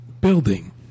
building